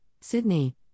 Sydney